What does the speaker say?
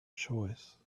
choice